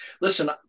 listen